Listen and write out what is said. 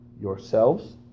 yourselves